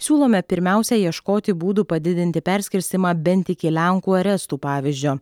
siūlome pirmiausia ieškoti būdų padidinti perskirstymą bent iki lenkų ar estų pavyzdžio